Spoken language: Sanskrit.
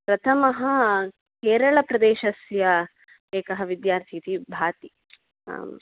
प्रथमः केरळप्रदेशस्य एकः विद्यार्थी इति भाति आम्